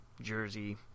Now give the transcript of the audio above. jersey